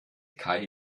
kai